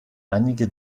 einige